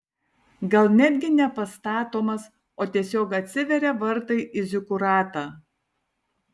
gal netgi ne pastatomas o tiesiog atsiveria vartai į zikuratą